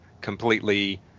completely